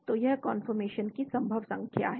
तो यह कन्फर्मेशन की संभव संख्या है